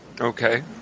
Okay